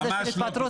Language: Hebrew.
ממש לא.